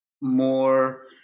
more